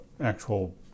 actual